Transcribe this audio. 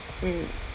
mm